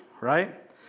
right